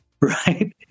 right